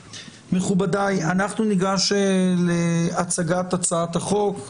מכובדיי, אנחנו ניגש להצגת הצעת החוק.